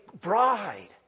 bride